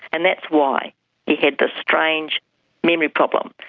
and that's why he had this strange memory problem,